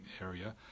area